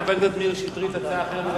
חבר הכנסת מאיר שטרית, הצעה אחרת,